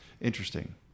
Interesting